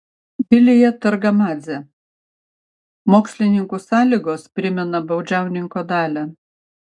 vilija targamadzė mokslininkų sąlygos primena baudžiauninko dalią